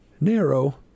narrow